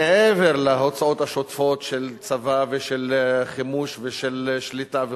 מעבר להוצאות השוטפות של צבא ושל חימוש ושל שליטה וכו',